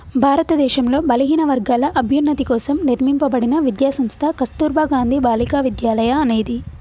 భారతదేశంలో బలహీనవర్గాల అభ్యున్నతి కోసం నిర్మింపబడిన విద్యా సంస్థ కస్తుర్బా గాంధీ బాలికా విద్యాలయ అనేది